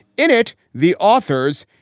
in it, the authors,